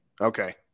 okay